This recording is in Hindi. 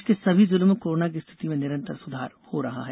प्रदेश के सभी जिलों में कोरोना की स्थिति में निरंतर सुधार हो रहा है